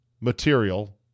material